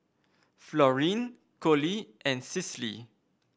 Florene Collie and Cicely